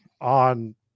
on